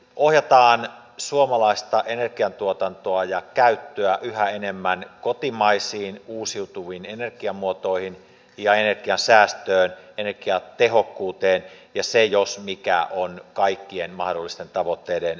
ohjataan suomalaista energian tuotantoa ja käyttöä yhä enemmän kotimaisiin uusiutuviin energiamuotoihin ja energiansäästöön energiatehokkuuteen ja se jos mikä on kaikkien mahdollisten tavoitteiden mukaista